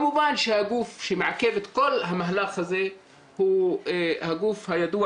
כמובן שהגוף שמעכב את כל המהלך הזה הוא הגוף הידוע